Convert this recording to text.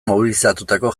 mobilizatutako